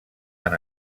han